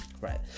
Right